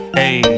hey